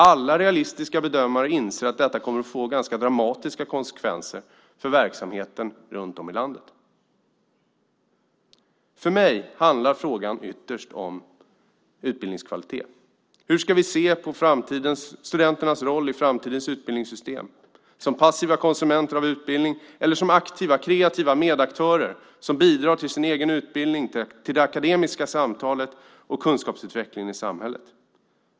Alla realistiska bedömare inser att detta kommer att få ganska dramatiska konsekvenser för verksamheten runt om i landet. För mig handlar frågan ytterst om utbildningskvalitet. Hur ska vi se på studenternas roll i framtidens utbildningssystem - som passiva konsumenter av utbildning eller som aktiva, kreativa medaktörer som bidrar till sin egen utbildning, till det akademiska samtalet och kunskapsutvecklingen i samhället?